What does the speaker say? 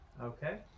Okay